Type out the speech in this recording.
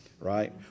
Right